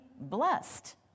blessed